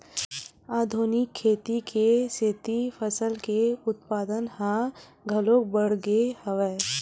आधुनिक खेती के सेती फसल के उत्पादन ह घलोक बाड़गे हवय